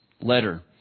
letter